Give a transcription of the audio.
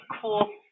cool